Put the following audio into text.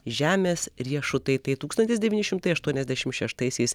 žemės riešutai tai tūkstantis devyni šimtas aštuoniasdešimt šeštaisiais